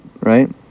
right